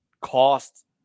cost